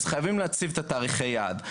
אז חייבים להציב את תאריכי היעד.